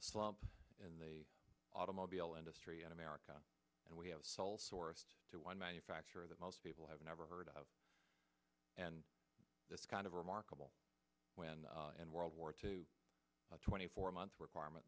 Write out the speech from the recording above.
slob in the automobile industry in america and we have sole source to one manufacturer that most people have never heard of and that's kind of remarkable when and world war two twenty four month requirement